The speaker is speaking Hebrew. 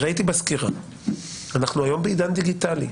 אנחנו היום בעידן דיגיטלי.